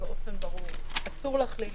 באופן ברור, אסור להכליל